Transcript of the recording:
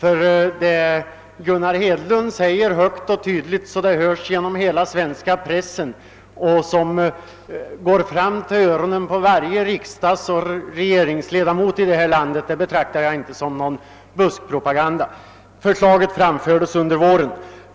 Vad Gunnar Hedlund säger högt och klart så att det ger eko i hela den svenska pressen och når fram till varje riksdagsoch regeringsledamots öron betecknar jag inte som buskpropaganda. framfördes under våren.